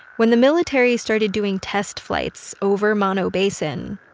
when the military started doing test flights over mono basin,